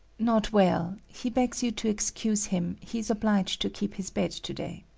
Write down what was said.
not well. he begs you to excuse him he is obliged to keep his bed to-day.